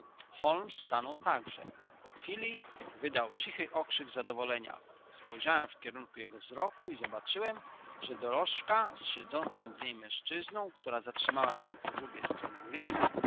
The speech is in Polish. holmes stanął także po chwili wydał cichy okrzyk zadowolnienia spojrzałem w kierunku jego wzroku i zobaczyłem że dorożka z siedzącym w niej mężczyzną która zatrzymała się po drugiej stronie ulicy